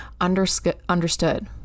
understood